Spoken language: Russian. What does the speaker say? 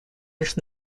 лишь